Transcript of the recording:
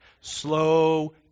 Slow